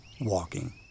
Walking